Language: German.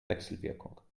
wechselwirkung